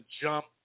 jump